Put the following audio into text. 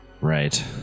Right